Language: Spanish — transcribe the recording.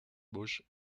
busch